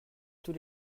tous